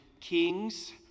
kings